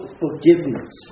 forgiveness